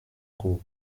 cours